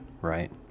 right